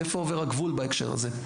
איפה עובר הגבול בהקשר הזה?